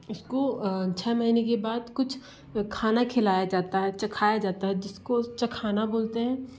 उसको छः महीने के बाद कुछ खाना खिलाया जाता है चखाया जाता है जिसको चखाना बोलते हैं